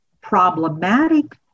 problematic